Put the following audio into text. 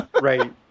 Right